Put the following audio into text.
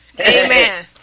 Amen